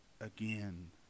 again